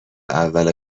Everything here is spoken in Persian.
اول